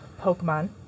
Pokemon